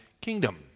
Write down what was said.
kingdom